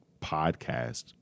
podcast